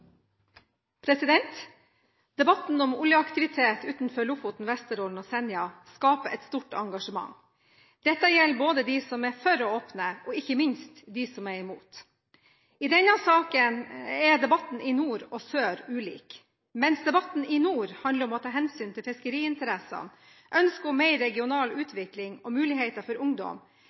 sønn. Debatten om oljeaktivitet utenfor Lofoten, Vesterålen og Senja skaper et stort engasjement. Dette gjelder både de som er for å åpne, og – ikke minst – de som er imot. I denne saken er debatten i nord og sør ulik. Mens debatten i nord handler om å ta hensyn til fiskeriinteressene og til ønsket om mer regional utvikling og muligheter for ungdom,